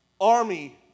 army